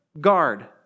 guard